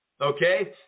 okay